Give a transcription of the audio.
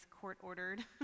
court-ordered